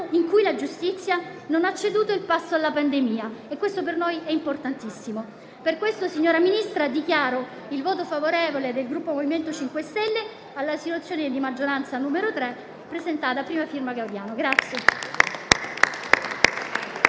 in cui la giustizia non ha ceduto il passo alla pandemia, e questo per noi è importantissimo. Per questo, signora Ministra, dichiaro il voto favorevole del Gruppo MoVimento 5 Stelle alla risoluzione di maggioranza n. 3, a prima firma della